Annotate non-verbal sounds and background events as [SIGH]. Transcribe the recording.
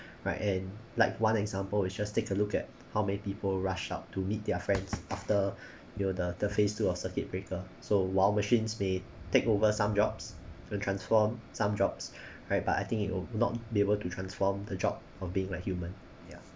[BREATH] right and like one example is just take a look at how many people rushed out to meet their friends after [BREATH] you know the the phase two of circuit breaker so while machines may take over some jobs and transform some jobs [BREATH] right but I think it would not be able to transform the job of being like human ya